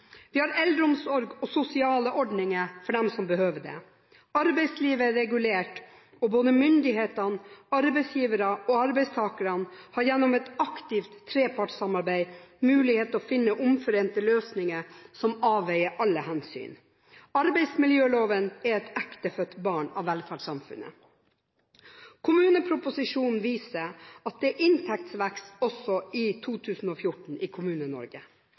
Vi har eldreomsorg og sosiale ordninger for dem som behøver det. Arbeidslivet er regulert, og både myndighetene, arbeidsgiverne og arbeidstakerne har gjennom et aktivt trepartssamarbeid mulighet til å finne omforente løsninger som avveier alle hensyn. Arbeidsmiljøloven er et ektefødt barn av velferdssamfunnet. Kommuneproposisjonen viser at det er inntekstvekst også i 2014 i